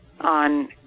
on